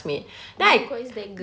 you know who is that girl